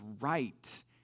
right